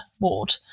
ward